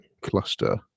cluster